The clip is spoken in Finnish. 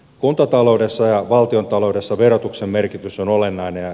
kuntataloudessa ja valtiontaloudessa verotuksen merkitys on olennainen